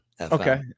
Okay